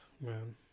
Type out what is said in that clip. man